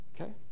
Okay